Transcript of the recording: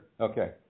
Okay